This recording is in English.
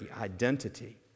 identity